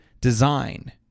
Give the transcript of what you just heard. design